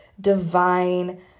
divine